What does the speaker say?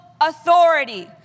authority